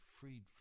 freed